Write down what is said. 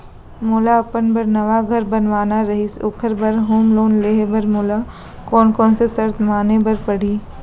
मोला अपन बर नवा घर बनवाना रहिस ओखर बर होम लोन लेहे बर मोला कोन कोन सा शर्त माने बर पड़ही?